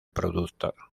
productor